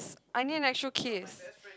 I mean actual kiss